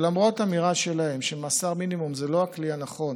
ולמרות אמירה שלהם שמאסר מינימום זה לא הכלי הנכון